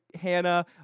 Hannah